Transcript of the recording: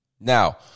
Now